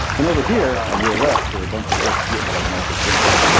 and over here on your left are a bunch of books written by michael grant.